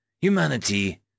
humanity